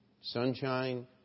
sunshine